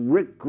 Rick